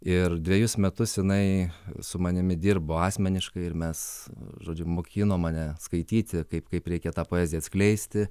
ir dvejus metus jinai su manimi dirbo asmeniškai ir mes žodžiu mokino mane skaityti kaip kaip reikia tą poeziją atskleisti